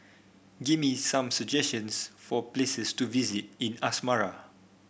give me some suggestions for places to visit in Asmara